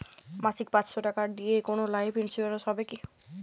মাসিক পাঁচশো টাকা দিয়ে কোনো লাইফ ইন্সুরেন্স হবে কি?